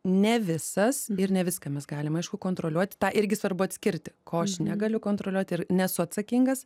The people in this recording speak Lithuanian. ne visas ir ne viską mes galim aišku kontroliuot tą irgi svarbu atskirti ko aš negaliu kontroliuoti ir nesu atsakingas